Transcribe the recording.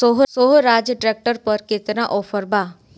सोहराज tractor पर केतना offer बा?